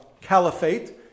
Caliphate